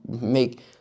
make